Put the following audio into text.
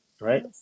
Right